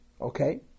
Okay